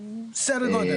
סדר גודל